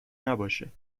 نباشه